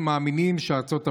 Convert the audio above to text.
אנחנו מאמינים שארצות הברית,